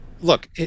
look